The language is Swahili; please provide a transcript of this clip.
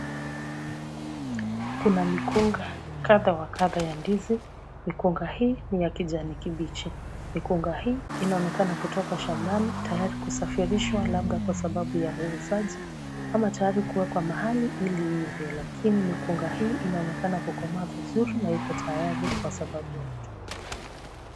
Kuna mikunga kadha wa kadha ya ndizi, mikunga hii ni ya kijani kibichi. Mikunga hii inaonekana kutoka shambani tayari kusafirishwa labda kwa sababu ya uuzaji ama tayari kuwekwa mahali ili iive lakini mikunga hii inaonekana kukomaa vizuri na iko tayari kwa sababu ya kuuzwa.